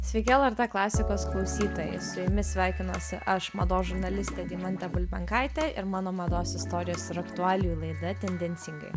sveiki lrt klasikos klausytojai su jumis sveikinuosi aš mados žurnalistė deimantė bulbenkaitė ir mano mados istorijos ir aktualijų laida tendencingai